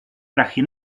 prachy